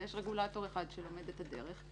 ויש רגולטור אחד שלומד את הדרך,